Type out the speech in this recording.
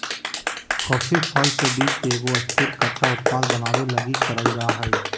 coffee फल से बीज के एगो स्थिर, कच्चा उत्पाद बनाबे लगी करल जा हइ